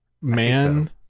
man